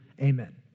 Amen